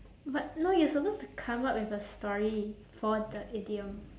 but no you're supposed to come up with a story for the idiom